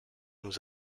nous